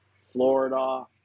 Florida